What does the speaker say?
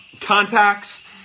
contacts